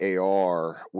AR